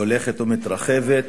שהולכת ומתרחבת